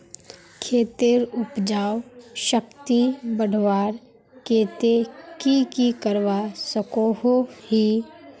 खेतेर उपजाऊ शक्ति बढ़वार केते की की करवा सकोहो ही?